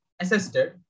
assisted